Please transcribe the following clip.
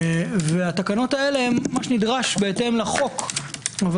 והתקנות הללו הן מה שנדרש בהתאם לחוק אבל